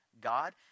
God